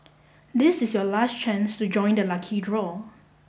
this is your last chance to join the lucky draw